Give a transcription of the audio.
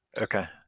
Okay